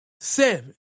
seven